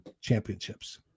championships